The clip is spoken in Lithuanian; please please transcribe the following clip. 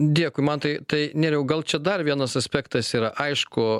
dėkui man tai tai nerijau gal čia dar vienas aspektas yra aišku